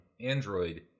Android